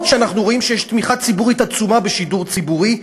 גם אם אנחנו רואים שיש תמיכה ציבורית עצומה בשידור ציבורי,